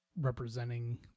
representing